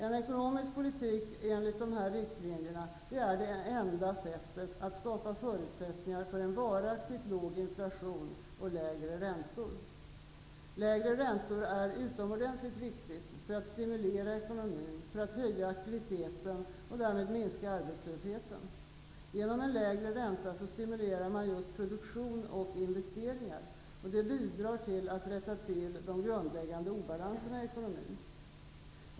En ekonomisk politik enligt dessa riktlinjer är det enda sättet att skapa förutsättningar för en varaktigt låg inflation och lägre räntor. Lägre räntor är utomordentligt viktigt för att stimulera ekonomin, höja aktiviteten och därmed minska arbetslösheten. Genom en lägre ränta stimuleras just produktion och investeringar, och det bidrar till att rätta till de grundläggande obalanserna i ekonomin.